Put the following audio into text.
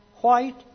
white